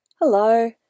Hello